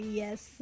yes